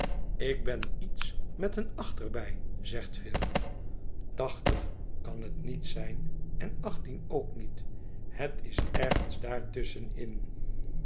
ik ben iets met een acht er bij zegt phil tachtig kan het niet zijn en achttien ook niet het is ergens daar tusschen